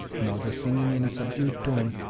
and, although singing in a subdued tone,